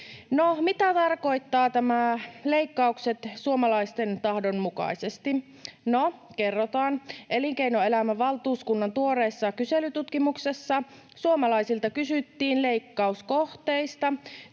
mitä tarkoittaa tämä ”leikkaukset suomalaisten tahdon mukaisesti”? No, kerrotaan. Elinkeinoelämän valtuuskunnan tuoreessa kyselytutkimuksessa suomalaisilta kysyttiin leikkauskohteista.